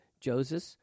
Joseph